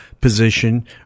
position